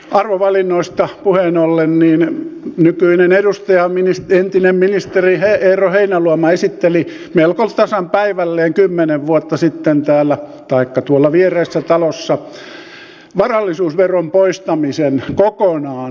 arvovalinnoista puheen ollen nykyinen edustaja entinen ministeri eero heinäluoma esitteli melko tasan päivälleen kymmenen vuotta sitten täällä taikka tuolla viereisessä talossa varallisuusveron poistamisen kokonaan suomesta